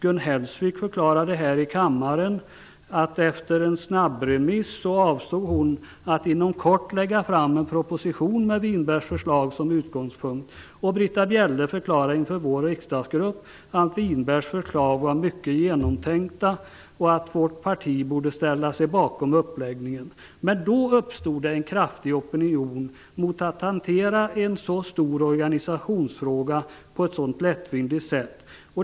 Gun Hellsvik förklarade här i kammaren att hon efter en snabbremiss avsåg att inom kort lägga fram en proposition med Winbergs förslag som utgångspunkt. Britta Bjelle förklarade inför vår riksdagsgrupp att Winbergs förslag var mycket genomtänkta och att vårt parti borde ställa sig bakom uppläggningen. Men då uppstod det en kraftig opinion mot att hantera en så stor organisationsfråga på ett så lättvindigt sätt.